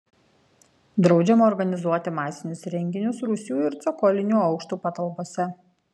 draudžiama organizuoti masinius renginius rūsių ir cokolinių aukštų patalpose